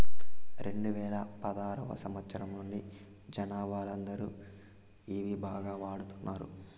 రెండువేల పదారవ సంవచ్చరం నుండి జనాలందరూ ఇవి బాగా వాడుతున్నారు